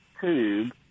tube